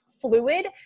fluid